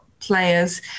players